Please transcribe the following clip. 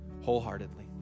wholeheartedly